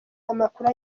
amakuru